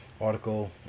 article